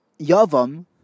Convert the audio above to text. Yavam